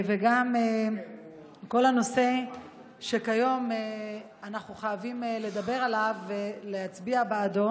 וגם הנושא שהיום אנחנו חייבים לדבר עליו ולהצביע בעדו,